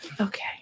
okay